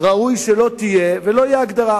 ראוי שלא יהיו ולא זאת תהיה ההגדרה.